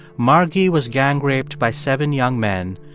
margy was gang raped by seven young men,